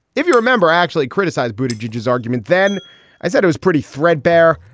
if you remember, actually criticized bruited juju's argument. then i said it was pretty threadbare.